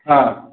ହଁ